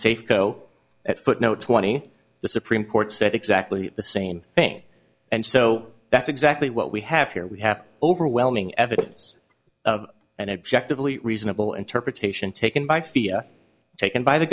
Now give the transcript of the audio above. safeco at footnote twenty the supreme court said exactly the same thing and so that's exactly what we have here we have overwhelming evidence of an objective reasonable interpretation taken by fia taken by the